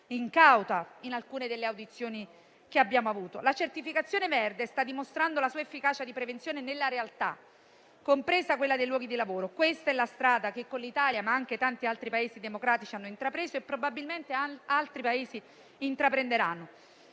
incauta in alcune delle audizioni che abbiamo svolto. La certificazione verde sta dimostrando la sua efficacia di prevenzione nella realtà, compresa quella dei luoghi di lavoro. Questa è la strada che l'Italia, ma anche tanti altri Paesi democratici hanno intrapreso e probabilmente altri Paesi intraprenderanno.